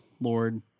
Lord